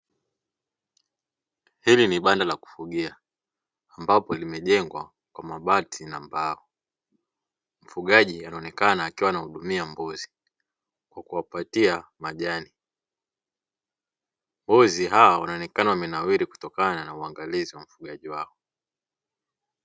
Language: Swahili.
Hili ni banda la kufugia ambapo limejengwa kwa mabati na mbao, mfugaji anaonekana akiwahudumia mbuzi kwa kuwapatia majani. Mbuzi hawa wanaonekana wamenawiri kutokana na uangalizi wa mfugaji wao.